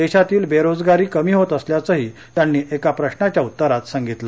देशातील बेरोजगारी कमी होत असल्याचेही त्यांनी एका प्रश्नाच्या उत्तरात त्यांनी सांगितले